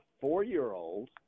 four-year-old